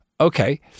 Okay